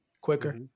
quicker